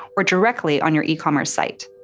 or directly on your ecommerce site.